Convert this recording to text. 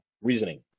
reasoning